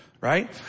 Right